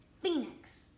Phoenix